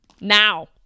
Now